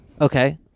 Okay